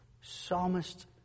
psalmist